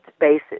basis